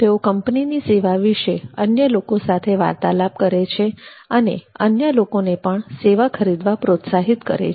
તેઓ કંપનીની સેવા વિશે અન્ય લોકો સાથે વાર્તાલાપ કરે છે અને અન્ય લોકોને પણ સેવા ખરીદવા પ્રોત્સાહિત કરે છે